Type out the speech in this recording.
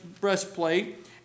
breastplate